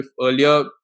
earlier